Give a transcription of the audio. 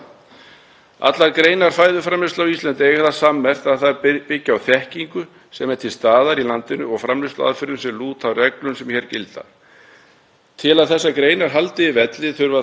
Til að þessar greinar haldi velli þurfa þær að búa við ásættanlega afkomu. Innflutningur á þeim vörum sem gefa versluninni mesta framlegð getur orðið til þess að framleiðsla í heilli búgrein leggst af.